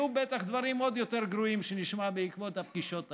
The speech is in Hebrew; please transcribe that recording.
בטח יהיו דברים עוד יותר גרועים שנשמע בעקבות הפגישות האלה.